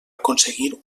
aconseguir